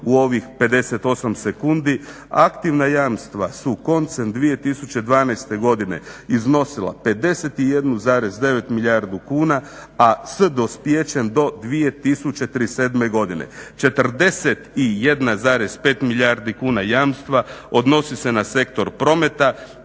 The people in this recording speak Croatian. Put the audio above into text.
u ovih 58 sekundi. Aktivna jamstva su koncem 2012.godine iznosila 51,9 milijardu kuna, a s dospijećem do 2037.godine. 41,5 milijardi kuna jamstva odnosi se na sektor prometa,